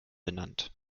benannt